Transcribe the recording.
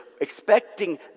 expecting